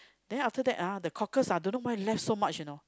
then after that ah the cockles ah don't know why left so much you know